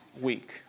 week